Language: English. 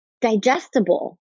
digestible